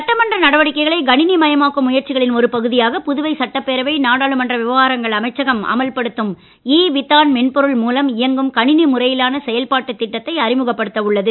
சட்டமன்ற நடவடிக்கைகளை கணினி மயமாக்கும் முயற்சிகளின் ஒரு பகுதியாக புதுவை சட்டப்பேரவை நாடாளுமன்ற விவகாரங்கள் அமைச்சகம் அமல்படுத்தும் இ விதான் மென்பொருள் மூலம் இயங்கும் கணினி முறையிலான செயல்பாட்டுத் திட்டத்தை அறிமுகப்படுத்த உள்ளது